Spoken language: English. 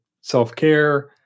self-care